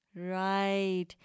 Right